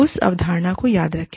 उस अवधारणा को याद रखें